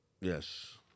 Yes